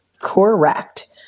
Correct